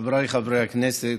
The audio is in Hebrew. חבריי חברי הכנסת,